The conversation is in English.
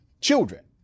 children